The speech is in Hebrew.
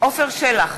עפר שלח,